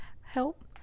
help